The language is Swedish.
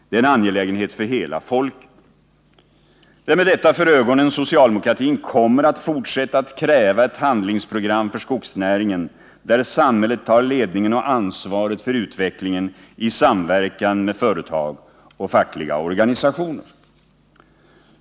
Det är en angelägenhet för hela folket. Det är med detta för ögonen socialdemokratin kommer att fortsätta att kräva ett handlingsprogram för skogsnäringen, där samhället tar ledningen och ansvaret för utvecklingen i samverkan med företag och fackliga organisationer.